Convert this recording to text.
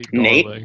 Nate